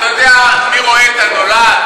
אתה יודע מי רואה את הנולד?